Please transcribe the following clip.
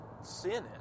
sinning